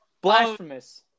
Blasphemous